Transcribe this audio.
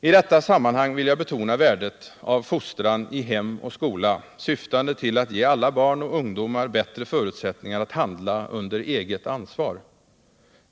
I detta sammanhang vill jag betona värdet av fostran i hem och skola syftande till att ge alla barn och ungdomar bättre förutsättningar att handla under eget ansvar.